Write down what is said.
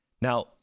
now